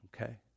Okay